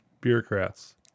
Bureaucrats